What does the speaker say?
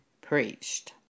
preached